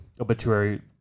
Obituary